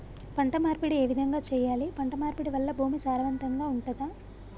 పంట మార్పిడి ఏ విధంగా చెయ్యాలి? పంట మార్పిడి వల్ల భూమి సారవంతంగా ఉంటదా?